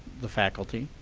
the faculty,